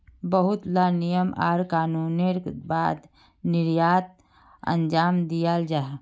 बहुत ला नियम आर कानूनेर बाद निर्यात अंजाम दियाल जाहा